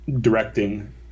directing